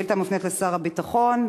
השאילתה מופנית לשר הביטחון.